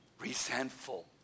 resentful